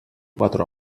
quatre